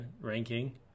ranking